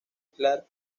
clark